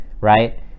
right